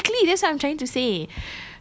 ya exactly that's what I'm trying to say